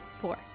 Four